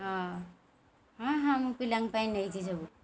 ହଁ ହଁ ହଁ ମୁଁ ପିଲାଙ୍କ ପାଇଁ ନେଇଛି ସବୁ